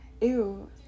Ew